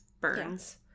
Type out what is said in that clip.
burns